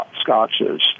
scotches